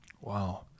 Wow